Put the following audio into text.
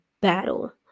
battle